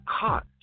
caught